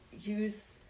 use